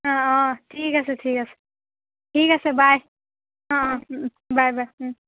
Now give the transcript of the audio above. অঁ অঁ ঠিক আছে ঠিক আছে ঠিক আছে বাই অঁ বাই বাই